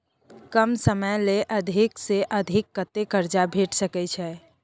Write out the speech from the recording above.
कम समय ले अधिक से अधिक कत्ते कर्जा भेट सकै छै?